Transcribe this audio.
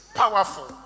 powerful